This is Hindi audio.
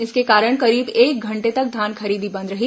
इसके कारण करीब एक घंटे तक धान खरीदी बंद रही